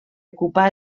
ocupar